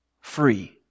free